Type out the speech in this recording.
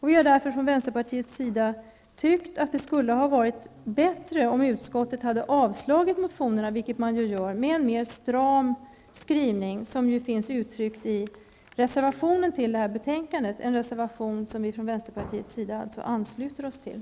Vi i vänsterpartiet anser därför att det skulle ha varit bättre om utskottet hade avstyrkt motionerna, vilket man ju gör med en mer stram skrivning som finns uttryckt i reservationen i detta betänkande, en reservation som vi i vänsterpartiet ansluter oss till.